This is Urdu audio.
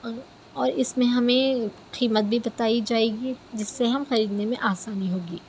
اور اور اس میں ہمیں قیمت بھی بتائی جائے گی جس سے ہم خریدنے میں آسانی ہوگی